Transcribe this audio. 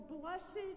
blessed